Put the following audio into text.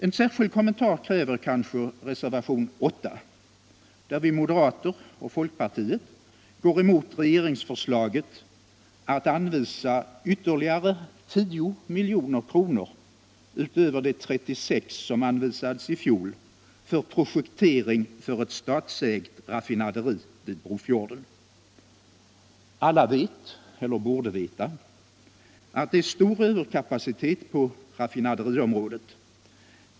En särskild kommentar kräver kanske reservation 8, där vi moderater och folkpartisterna går emot regeringsförslaget att anvisa ytterligare 10 milj.kr., utöver de 36 som anvisades i fjol, till projektering för ett statsägt raffinaderi vid Brofjorden. Alla vet — eller borde veta — att det är stor överkapacitet på raffinaderiområdet.